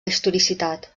historicitat